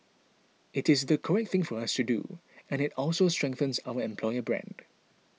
it is the correct thing for us to do and it also strengthens our employer brand